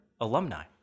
alumni